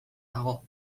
dago